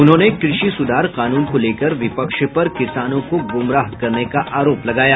उन्होंने कृषि सुधार कानून को लेकर विपक्ष पर किसानों को गुमराह करने का आरोप लगाया